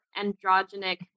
androgenic